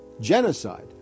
genocide